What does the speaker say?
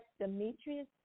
Demetrius